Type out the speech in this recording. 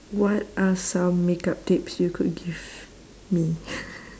what are some makeup tips you could give me